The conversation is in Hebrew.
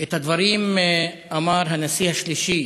את הדברים אמר הנשיא השלישי